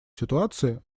ситуации